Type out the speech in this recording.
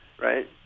Right